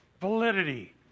validity